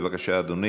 85 ו-96.